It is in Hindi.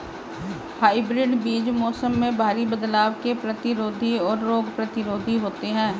हाइब्रिड बीज मौसम में भारी बदलाव के प्रतिरोधी और रोग प्रतिरोधी होते हैं